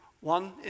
One